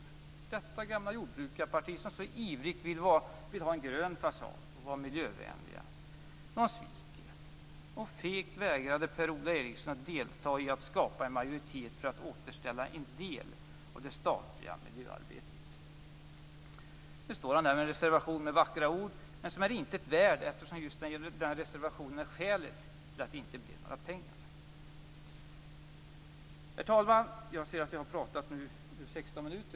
Fegt vägrade Per-Ola Eriksson att delta i att skapa en majoritet för att återställa en del av det statliga miljöarbetet. Herr talman! Jag ser att jag har pratat i 16 minuter.